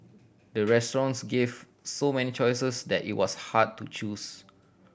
the restaurants gave so many choices that it was hard to choose